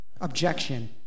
objection